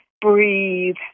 breathe